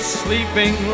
sleeping